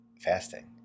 fasting